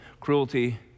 cruelty